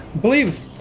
believe